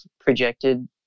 projected